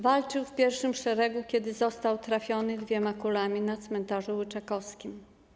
Walczył w pierwszym szeregu, kiedy został trafiony dwiema kulami na cmentarzu Łyczakowskim.